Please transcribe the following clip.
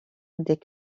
des